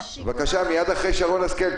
כי אני רואה שנכנסים.